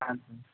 ಹಾಂ ಸರ್